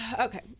Okay